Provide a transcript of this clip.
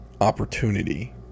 opportunity